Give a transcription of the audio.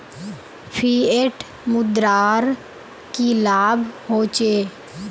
Fiat मुद्रार की लाभ होचे?